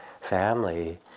family